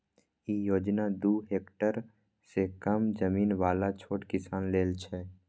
ई योजना दू हेक्टेअर सं कम जमीन बला छोट किसान लेल छै